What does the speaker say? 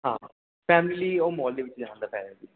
ਹਾਂ ਫੈਮਲੀ ਉਹ ਮੋਲ ਦੇ ਵਿੱਚ ਜਾਣ ਦਾ ਫਾਇਦਾ ਜੀ